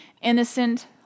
innocent